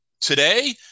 today